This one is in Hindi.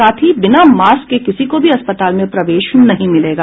साथ ही बिना मास्क के किसी को अस्पताल में प्रवेश नहीं मिलेगा